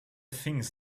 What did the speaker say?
things